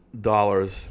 dollars